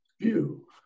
view